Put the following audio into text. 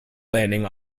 landing